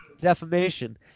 defamation